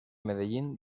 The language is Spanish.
medellín